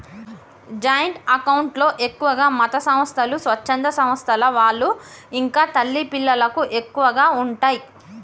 joint account లో ఎక్కువగా మతసంస్థలు, స్వచ్ఛంద సంస్థల వాళ్ళు ఇంకా తల్లి పిల్లలకు ఎక్కువగా ఉంటయ్